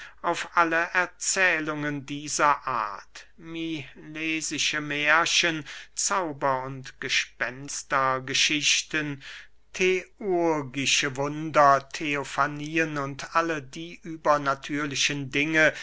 auf alle erzählungen dieser art milesische mährchen zauber und gespenster geschichten theurgische wunder theofanien und alle die übernatürlichen dinge